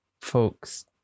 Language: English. folks